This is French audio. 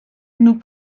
nous